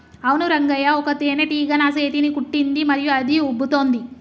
అవును రంగయ్య ఒక తేనేటీగ నా సేతిని కుట్టింది మరియు అది ఉబ్బుతోంది